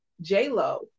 J-Lo